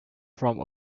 from